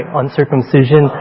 uncircumcision